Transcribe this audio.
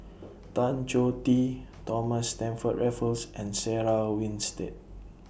Tan Choh Tee Thomas Stamford Raffles and Sarah Winstedt